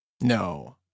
No